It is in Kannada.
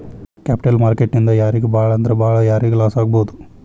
ಕ್ಯಾಪಿಟಲ್ ಮಾರ್ಕೆಟ್ ನಿಂದಾ ಯಾರಿಗ್ ಭಾಳಂದ್ರ ಭಾಳ್ ಯಾರಿಗ್ ಲಾಸಾಗ್ಬೊದು?